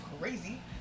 crazy